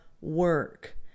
work